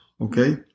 okay